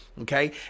okay